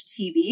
TV